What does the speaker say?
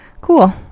Cool